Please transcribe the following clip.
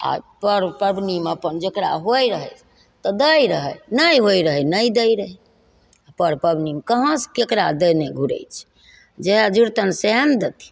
आओर पर्व पबनीमे अपन जकरा होइ रहै तऽ दै रहै नहि होइ रहै नहि दै रहै पर्व पबनीमे कहाँसे ककरा देने घुरै छै जएह जुड़तनि सएह ने देथिन